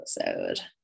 episode